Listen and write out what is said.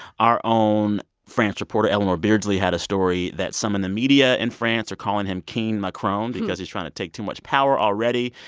our own france reporter eleanor beardsley had a story that some in the media in france are calling him king macron because he's trying to take too much power already.